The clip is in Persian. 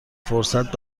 فرصت